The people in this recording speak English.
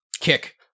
Kick